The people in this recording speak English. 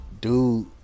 dude